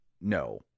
No